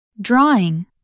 Drawing